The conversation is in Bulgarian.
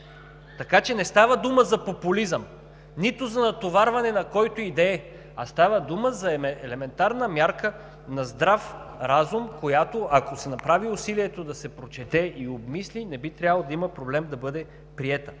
Така че не става дума за популизъм, нито за натоварването на когото и да е, а става дума за елементарна мярка на здрав разум, която, ако се направи усилието да се прочете и обмисли, не би трябвало да има проблем да бъде приета.